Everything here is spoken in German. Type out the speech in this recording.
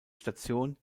station